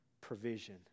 provision